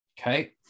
Okay